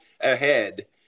ahead